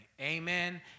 Amen